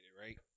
right